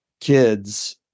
kids